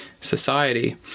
society